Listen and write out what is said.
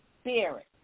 Spirit